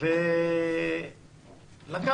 היו אומרים: את הביטוח הלאומי.